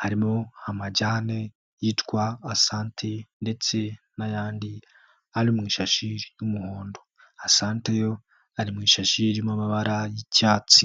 Harimo amajyane yitwa Asante ndetse n'ayandi ari mu ishashi ry'umuhondo. Asante yo ari mu ishashi irimo amabara y'icyatsi.